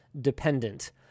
dependent